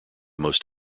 most